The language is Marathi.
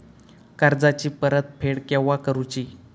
कर्जाची परत फेड केव्हा करुची?